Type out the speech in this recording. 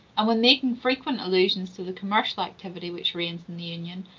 and when making frequent allusion to the commercial activity which reigns in the union,